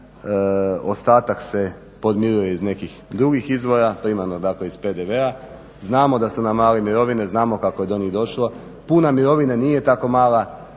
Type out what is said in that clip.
ostatak se podmiruje iz nekih drugih izvora primarno dakle iz PDV-a. Znamo da su nam male mirovine, znamo kako je do njih došlo. Puna mirovina nije tako mala